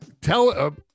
tell